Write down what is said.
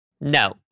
no